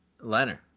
Leonard